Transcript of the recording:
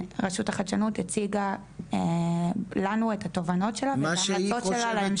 רשות החדשנות הציגה לנו את התובנות שלה וההמלצות שלה להמשך.